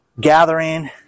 gathering